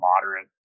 moderate